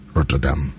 Rotterdam